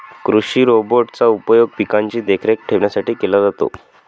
कृषि रोबोट चा उपयोग पिकांची देखरेख ठेवण्यासाठी केला जातो